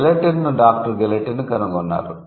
గిలెటిన్ను doctor Guillotin కనుగొన్నారు